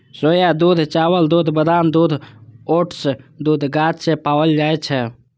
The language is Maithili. सोया दूध, चावल दूध, बादाम दूध, ओट्स दूध गाछ सं पाओल जाए छै